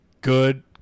good